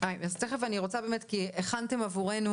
שהכינו עבורנו